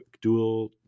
dual